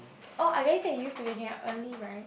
oh I guess can you still wake up early right